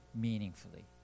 meaningfully